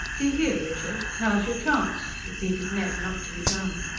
d'ye hear, richard? now's your chance, repeated ned, not to be done.